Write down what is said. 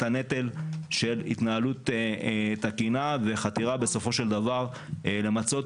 הנטל של התנהלות תקינה וחתירה בסופו של דבר למצות